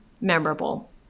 memorable